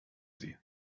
sie